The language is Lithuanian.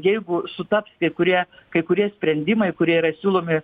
jeigu sutaps kai kurie kai kurie sprendimai kurie yra siūlomi